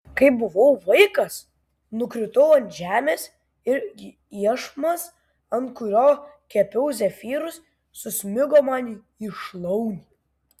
kai buvau vaikas nukritau ant žemės ir iešmas ant kurio kepiau zefyrus susmigo man į šlaunį